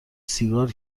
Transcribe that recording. سیگار